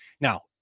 Now